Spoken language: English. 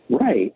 Right